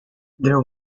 there